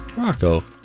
Rocco